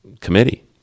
committee